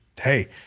hey